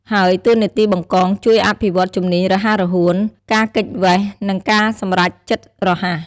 ហើយតួនាទីបង្កង ជួយអភិវឌ្ឍជំនាញរហ័សរហួន ការគេចវេះ និងការសម្រេចចិត្តរហ័ស។